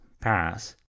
pass